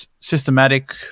systematic